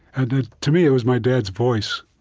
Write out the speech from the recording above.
and to me, it was my dad's voice.